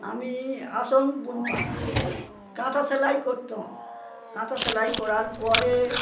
আমি আসন বুনতাম কাঁথা সেলাই করতাম কাঁথা সেলাই করার পরে